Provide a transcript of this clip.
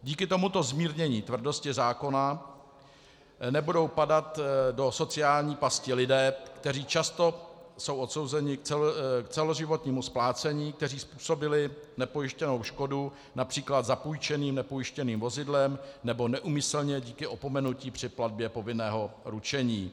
Díky tomuto zmírnění tvrdosti zákona nebudou padat do sociální pasti lidé, kteří často jsou odsouzeni k celoživotnímu splácení, kteří způsobili nepojištěnou škodu například zapůjčeným nepojištěným vozidlem nebo neúmyslně díky opomenutí při platbě povinného ručení.